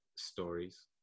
stories